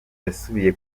yasubiye